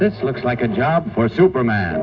this looks like a job for superman